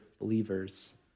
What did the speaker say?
believers